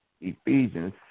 Ephesians